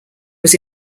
was